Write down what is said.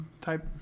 type